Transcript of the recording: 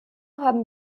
haben